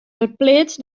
ferpleats